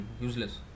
useless